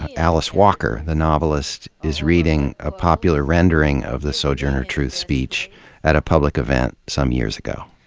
alice walker, the novelist, is reading a popular rendering of the sojourner truth speech at a public event some years ago.